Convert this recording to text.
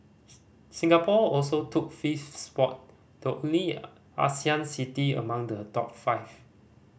Singapore also took fifth spot the only Asian city among the top five